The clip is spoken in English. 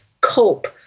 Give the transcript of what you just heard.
cope